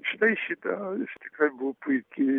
štai šita tikrai buvo puiki